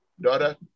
Daughter